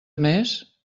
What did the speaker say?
més